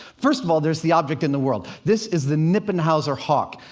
first of all, there's the object in the world. this is the kniphausen hawk.